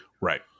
Right